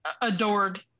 adored